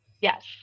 Yes